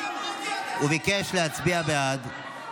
הוא ביקש להצביע בעד.